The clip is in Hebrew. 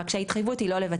רק שההתחייבות היא לא לבצע,